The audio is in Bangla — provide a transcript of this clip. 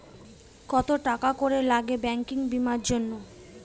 কত টাকা করে লাগে ব্যাঙ্কিং বিমার জন্য?